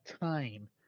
Time